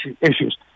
issues